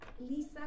Lisa